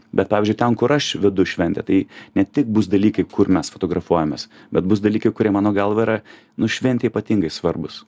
bet pavyzdžiui ten kur aš vedu šventę tai ne tik bus dalykai kur mes fotografuojamės bet bus dalykai kurie mano galva yra nu šventei ypatingai svarbūs